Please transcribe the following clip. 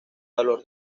valor